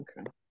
okay